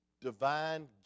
divine